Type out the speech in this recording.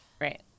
Right